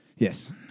Yes